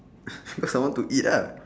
got some more to eat lah